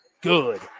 Good